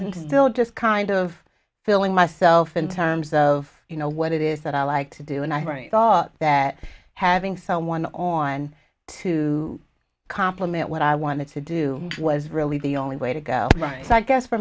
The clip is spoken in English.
bill just kind of filling myself in terms of you know what it is that i like to do and i thought that having someone on to compliment what i wanted to do was really the only way to go right i guess for